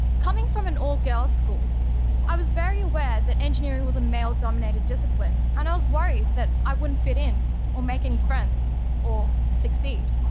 coming from an all-girls school i was very aware that engineering was a male dominated discipline and i was worried that i wouldn't fit in or make any friends or succeed.